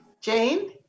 Jane